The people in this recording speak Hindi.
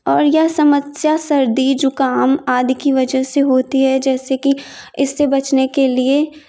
और यह समस्या सर्दी जुखाम आदि कि वजह से होती है जैसे कि इससे बचने के लिए